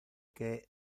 que